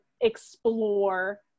explore